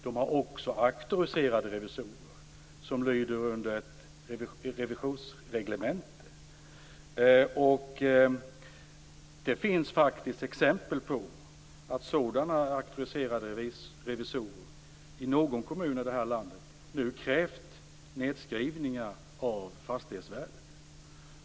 De har också auktoriserade revisorer som lyder under ett revisionsreglemente. Det finns faktiskt exempel på att sådana auktoriserade revisorer i någon kommun i det här landet nu har krävt nedskrivningar av fastighetsvärdet.